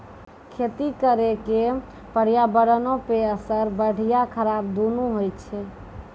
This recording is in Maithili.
खेती करे के पर्यावरणो पे असर बढ़िया खराब दुनू होय छै